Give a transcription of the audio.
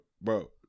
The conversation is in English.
bro